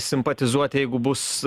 simpatizuot jeigu bus